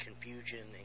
confusion